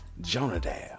Jonadab